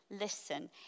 listen